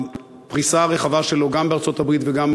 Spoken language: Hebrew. הפריסה הרחבה שלו גם בארצות-הברית וגם